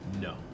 No